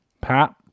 Pat